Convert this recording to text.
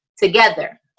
Together